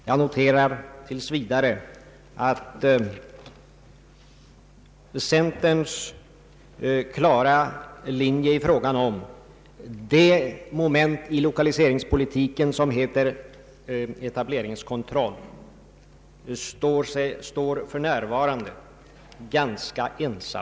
Jag noterar tills vidare att centern i fråga om det moment i lokaliseringspolitiken som heter etableringskontroll för närvarande står ganska ensam.